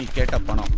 get up! um